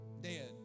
Dead